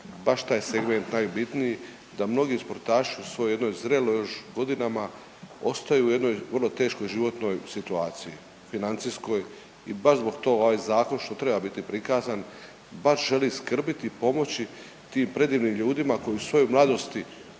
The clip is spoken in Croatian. baš taj segment najbitniji da mnogi sportaši u svojoj zreloj još godinama ostaju u jednoj vrlo teškoj životnoj situaciji financijskoj i baš zbog tog ovaj Zakon što želi biti prikazan, baš želi skrbiti i pomoći tim predivnim ljudima koji su u svojoj mladosti